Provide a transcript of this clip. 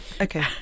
Okay